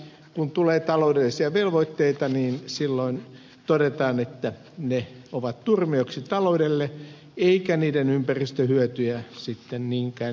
kun tulee taloudellisia velvoitteita niin silloin todetaan että ne ovat turmioksi taloudelle eikä niiden ympäristöhyötyjä sitten niinkään enää muisteta